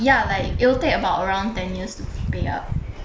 ya like it'll take about around ten years to pay up